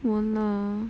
won't lah